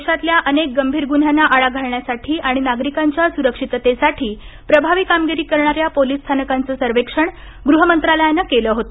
देशातल्या अनेक गंभीर गुंद्यांना आळा घालण्यासाठी आणि नागरिकांच्या सुरक्षिततेसाठी प्रभावी कामगिरी करणाऱ्या पोलिस स्थांनाकांचे सर्वेक्षण गृह मंत्रालयाने केले होते